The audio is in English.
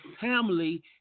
family